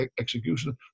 execution